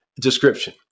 description